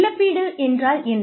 இழப்பீடு என்றால் என்ன